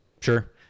Sure